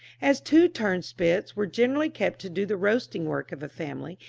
as two turnspits were generally kept to do the roasting work of a family,